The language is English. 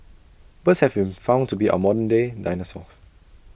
birds have been found to be our modern day dinosaurs